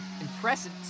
Impressive